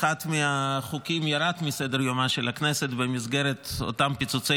אחד מהחוקים ירד מסדר-יומה של הכנסת במסגרת אותם פיצוצי